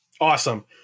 Awesome